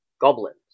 goblins